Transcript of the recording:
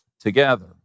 together